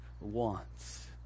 wants